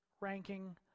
ranking